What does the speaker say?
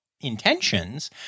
intentions